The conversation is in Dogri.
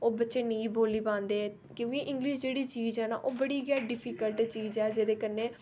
ओह् बच्चे नेईं बोल्ली पांदे क्योकि इंगलिश जेहड़ी चीज ऐ ओह् बड़ी गै डिफीकल्ट जेही चीज ऐ कन्नै